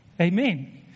Amen